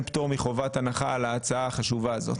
פטור מחובת הנחה להצעה החשובה הזאת.